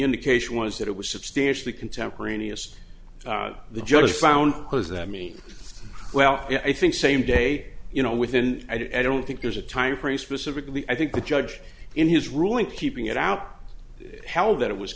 indication was that it was substantially contemporaneous the judge found does that mean well i think same day you know within i don't think there's a time frame specifically i think the judge in his ruling keeping it out held that it was